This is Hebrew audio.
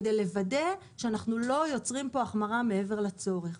כדי לוודא שאנחנו לא יוצרים פה החמרה מעבר לצורך.